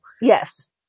Yes